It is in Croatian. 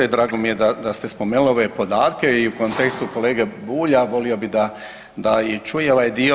Drago mi je da ste spomenuli ove podatke i u kontekstu kolege Bulja volio bih da i čuje ovaj dio.